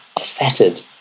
fettered